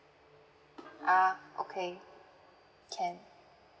ah okay can